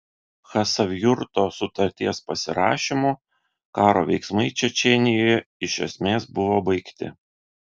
chasavjurto sutarties pasirašymu karo veiksmai čečėnijoje iš esmės buvo baigti